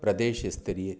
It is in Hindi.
प्रदेश स्तरीय